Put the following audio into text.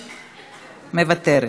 מוותרת,